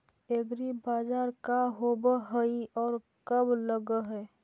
एग्रीबाजार का होब हइ और कब लग है?